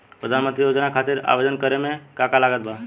प्रधानमंत्री योजना खातिर आवेदन करे मे का का लागत बा?